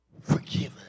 forgiven